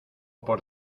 por